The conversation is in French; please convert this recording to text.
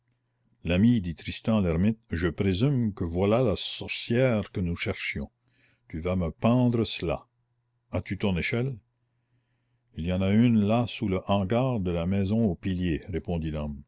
l'ami dit tristan l'hermite je présume que voilà la sorcière que nous cherchions tu vas me pendre cela as-tu ton échelle il y en a une là sous le hangar de la maison aux piliers répondit